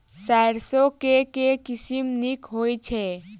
सैरसो केँ के किसिम नीक होइ छै?